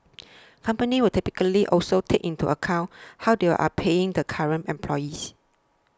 companies will typically also take into account how they are paying the current employees